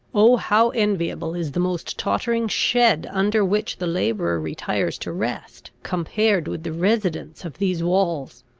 oh, how enviable is the most tottering shed under which the labourer retires to rest, compared with the residence of these walls!